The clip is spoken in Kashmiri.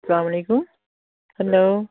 السلام علیکُم ہیلو